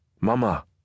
mama